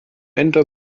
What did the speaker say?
ende